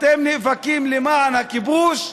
אתם נאבקים למען הכיבוש,